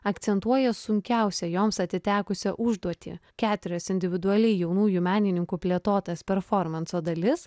akcentuoja sunkiausia joms atitekusią užduotį keturias individualiai jaunųjų menininkų plėtotas performanso dalis